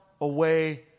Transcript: away